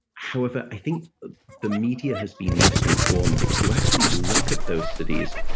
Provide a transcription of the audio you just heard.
however, i think the media has been misinformed if you actually look at those studies,